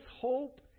hope